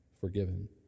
forgiven